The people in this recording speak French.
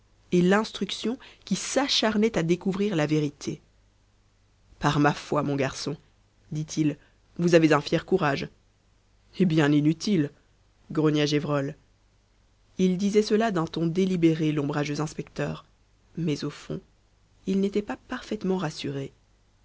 et l'instruction qui s'acharnait à découvrir la vérité par ma foi mon garçon dit-il vous avez un fier courage et bien inutile grogna gévrol il disait cela d'un ton délibéré l'ombrageux inspecteur mais au fond il n'était pas parfaitement rassuré